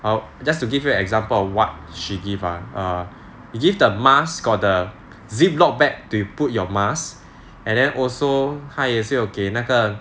err just to give you an example of what she give ah err she give the mask got the ziplock bag to put your mask and then also 她也是有给那个